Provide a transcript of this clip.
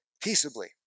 Peaceably